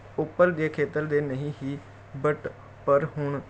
ਉੱਪਰ ਜੇ ਖੇਤਰ ਦੇ ਨਹੀਂ ਹੀ ਬਟ ਪਰ ਹੁਣ